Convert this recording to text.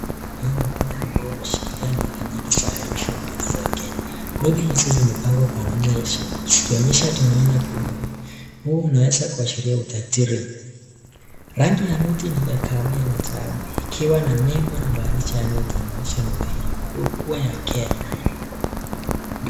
Hii ni mkono ambayo imeshikilia noti mingi za elfu moja za kenya. Noti hizo zimepangwa kwa namna ya zikionyesha dhamana kubwa huu unaweza kuashiria utajiri. Rangi ya noti ni ya kahawia na damu ikiwa na nembo na maandishi yanayotambulisha noti hiyo kuwa ya kenya.